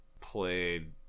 played